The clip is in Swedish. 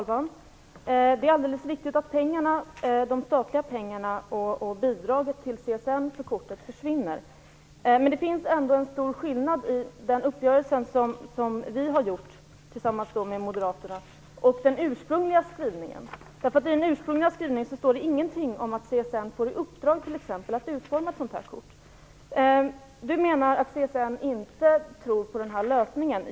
Fru talman! Det är alldeles riktigt att de statliga pengarna och bidraget till CSN för kortet försvinner. Men det finns ändå en stor skillnad i den uppgörelse som Vänsterpartiet har gjort tillsammans med Moderaterna och den ursprungliga skrivningen. I den ursprungliga skrivningen står det ingenting om att CSN t.ex. får i uppdrag att utforma ett kort. Rune Backlund menar att CSN inte tror på den här lösningen.